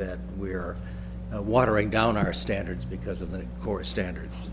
that we are watering down our standards because of the core standards